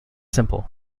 simple